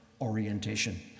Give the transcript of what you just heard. orientation